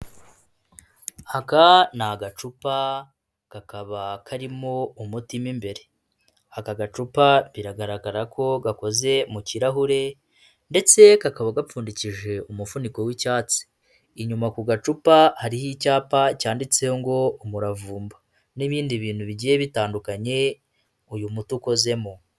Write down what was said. Aka n’agacupa kakaba karimo umuti m’imbere. Aka gacupa biragaragara ko gakoze mu kirahure ndetse kakaba gapfundikishije umufuniko w'icyatsi. Inyuma ku gacupa, hariho icyapa cyanditseho ngo umuravumba n'ibindi bintu bigiye bitandukanye uyu muti ukozemo.